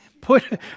put